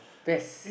best